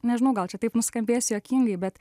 nežinau gal čia taip nuskambės juokingai bet